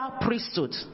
priesthood